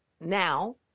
now